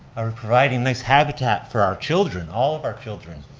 or providing this habitat for our children, all of our children?